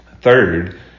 Third